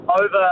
over